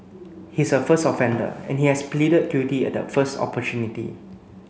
he is a first offender and he has pleaded guilty at the first opportunity